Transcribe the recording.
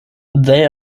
they